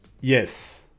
Yes